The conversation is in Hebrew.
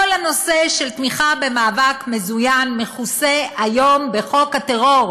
כל הנושא של תמיכה במאבק מזוין מכוסה היום בחוק הטרור.